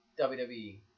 wwe